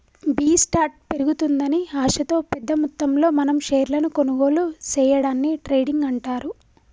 B స్టార్ట్ పెరుగుతుందని ఆశతో పెద్ద మొత్తంలో మనం షేర్లను కొనుగోలు సేయడాన్ని ట్రేడింగ్ అంటారు